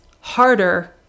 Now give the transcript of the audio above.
harder